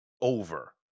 over